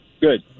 Good